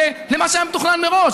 למה שהיה מתוכנן מראש.